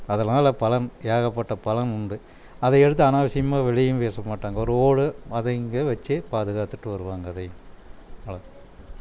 அதனால் பலன் ஏகப்பட்ட பலன் உண்டு அதை எடுத்து அனாவசியமாக வெளியேயும் வீச மாட்டாங்க ரோடு அதை இங்கே வச்சு பாதுகாத்துட்டு வருவாங்க அதையும் அவ்வளோ தான்